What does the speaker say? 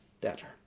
debtor